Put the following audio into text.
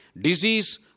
disease